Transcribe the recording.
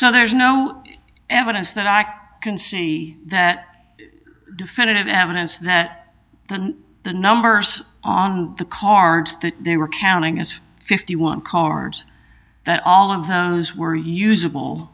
so there's no evidence that act can see that definitive evidence that the numbers on the cards that they were counting as fifty one cards that all of those were usable